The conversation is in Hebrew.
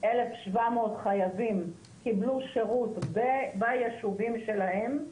1700 חייבים שקיבלו שירות ביישובים שלהם.